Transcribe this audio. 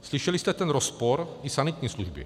Slyšeli jste ten rozpor té sanitní služby.